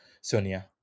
Sonia